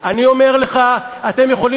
ואני מודה שלא השתכנעתי.